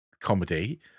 comedy